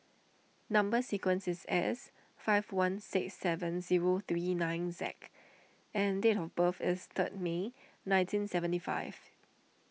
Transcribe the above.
Number Sequence is S five one six seven zero three nine Z and date of birth is third May nineteen seventy five